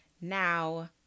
now